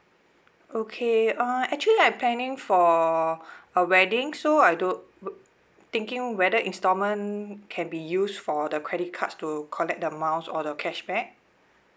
okay uh actually I planning for a wedding so I do~ thinking whether installment can be used for the credit cards to collect the miles or the cashback